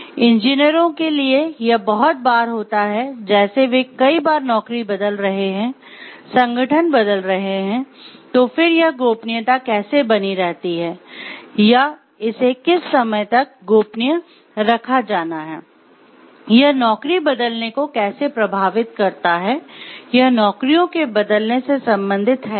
इंजीनियरों के लिए यह बहुत बार होता है जैसे वे कई बार नौकरी बदल रहे हैं संगठन बदल रहे हैं तो फिर यह गोपनीयता कैसे बनी रहती है या इसे किस समय तक गोपनीय रखा जाना है यह नौकरी बदलने को कैसे प्रभावित करता है यह नौकरियों के बदलने से संबंधित है या नहीं